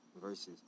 Versus